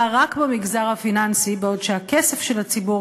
רק במגזר הפיננסי בעוד הכסף של הציבור,